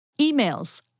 Emails